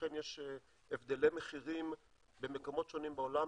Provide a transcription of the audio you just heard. ולכן יש הבדלי מחירים במקומות שונים בעולם,